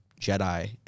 Jedi